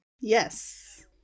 Yes